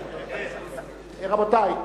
רבותי,